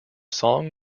song